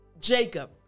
Jacob